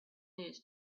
news